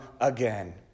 again